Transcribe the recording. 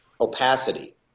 opacity